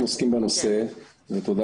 אותנו.